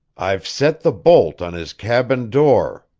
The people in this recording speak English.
i've set the bolt on his cabin door.